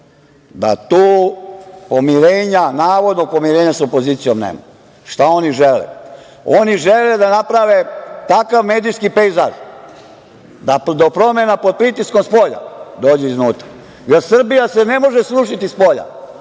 da tu navodnog pomirenja sa opozicijom nema. Šta oni žele? Oni žele da naprave takav medijski pejzaž da do promena pod pritiskom spolja dođe iznutra, da se Srbija ne može srušiti spolja